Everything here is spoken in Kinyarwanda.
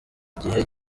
gihe